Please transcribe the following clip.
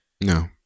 No